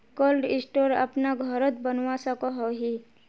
Cold store अपना घोरोत बनवा सकोहो ही?